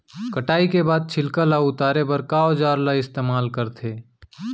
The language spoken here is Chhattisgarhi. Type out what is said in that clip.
कटाई करे के बाद छिलका ल उतारे बर का औजार ल इस्तेमाल करथे?